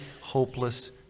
hopeless